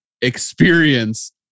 experience